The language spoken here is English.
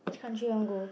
which country you want go